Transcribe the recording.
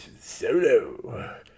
Solo